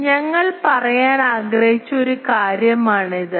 അതിനാൽ ഞങ്ങൾ പറയാൻ ആഗ്രഹിച്ച ഒരു കാര്യമാണിത്